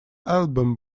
album